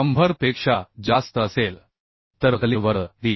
100 पेक्षा जास्त असेल तर बकलिंग वर्ग D